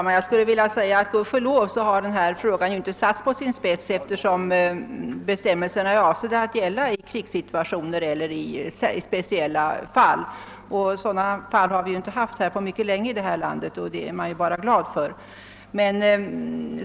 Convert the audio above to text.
Herr talman! Denna fråga har gudskelov inte ställts på sin spets, eftersom bestämmelserna är avsedda att gälla i krigssituationer eller i speciella fall, som vi inte har haft på mycket länge här i landet, vilket vi ju är enbart glada för.